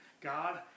God